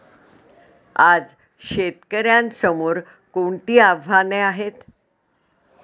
आज शेतकऱ्यांसमोर कोणती आव्हाने आहेत?